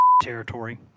territory